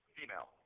female